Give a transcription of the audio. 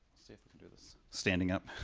see if i can do this standing up